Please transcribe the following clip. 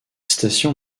station